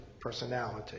personality